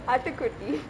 ஆட்டுக்குட்டி:aatukutti